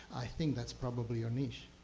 i think that's probably your niche.